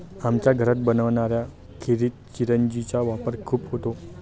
आमच्या घरात बनणाऱ्या खिरीत चिरौंजी चा वापर खूप होतो